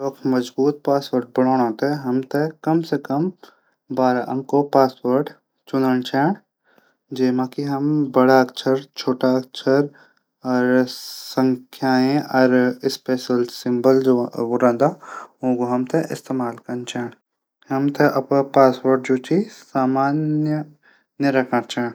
मजबूत पासवर्ड बणोनू थै हमथै कम से कम बारह अको पासवर्ड चुनण चैंद। जैम हम बडा अक्षर छुटा अक्षर संख्याएँ स्पेशल सिंबल यू हूदा ऊथै हम इस्तेमाल कन चैंदू। हमथै अपड पासवर्ड सामान्य नी रखण चैंद।